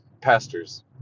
pastors